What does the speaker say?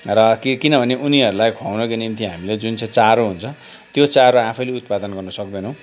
र किनभने उनीहरूलाई खुवाउनका निम्ति हामीले जुन चाहिँ चारो हुन्छ त्यो चारो आफैले उत्पादन गर्न सक्तैनौँ